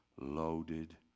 loaded